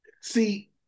See